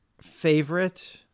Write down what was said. favorite